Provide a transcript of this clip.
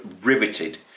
riveted